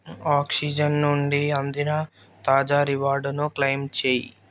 oxygen నుండి అందిన తాజా రివార్డును క్లయిమ్ చేయి